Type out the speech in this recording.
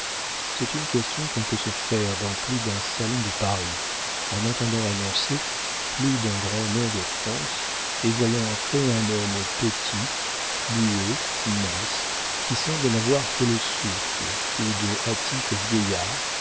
c'est une question qu'on peut se faire dans plus d'un salon de paris en entendant annoncer plus d'un grand nom de france et voyant entrer un homme petit fluet mince qui semble n'avoir que le souffle ou de hâtifs vieillards